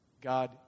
God